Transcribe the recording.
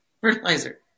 fertilizer